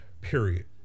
period